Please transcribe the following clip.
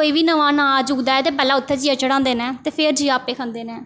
कोई बी नमां अनाज उगदा ऐ ते पैह्लें उत्थें जाइयै चढ़ांदे न ते फिर जेइयै आपें खंदे न